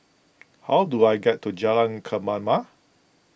how do I get to Jalan Kemaman